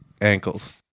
ankles